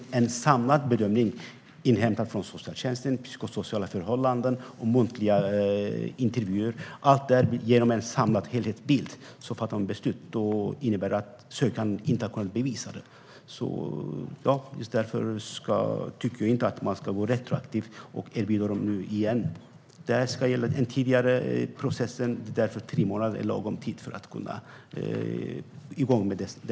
Det är en samlad bedömning där man väger in uppgifter inhämtade från socialtjänsten, psykosociala förhållanden och muntliga intervjuer. Allt detta ger en samlad helhetsbild. Fattas ett sådant beslut innebär det att den sökande inte har kunnat bevisa sin ålder. Just därför tycker vi inte att man ska erbjuda detta retroaktivt. Detta handlar om att tidigarelägga det i processen, och därför är tre månader en lagom lång tid.